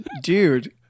Dude